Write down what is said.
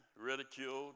ridiculed